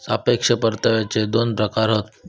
सापेक्ष परताव्याचे दोन प्रकार हत